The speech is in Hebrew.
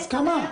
בהסכמה.